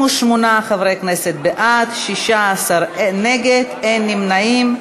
58 חברי כנסת בעד, 16 נגד, אין נמנעים.